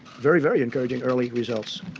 very, very encouraging early results.